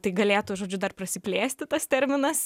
tai galėtų žodžiu dar prasiplėsti tas terminas